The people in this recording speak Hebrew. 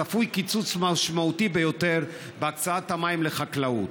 צפוי קיצוץ משמעותי בהקצאת המים לחקלאות.